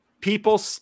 People